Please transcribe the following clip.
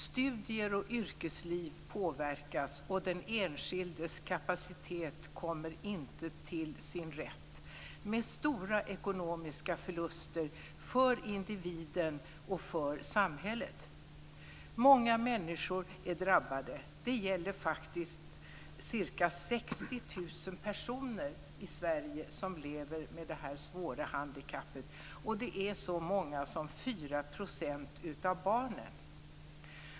Studier och yrkesliv påverkas, och den enskildes kapacitet kommer inte till sin rätt, vilket medför stora ekonomiska förluster för individen och för samhället. Många människor är drabbade. Det gäller faktiskt ca 60 000 personer i Sverige som lever med det här svåra handikappet, och det är så många som 4 % av barnen.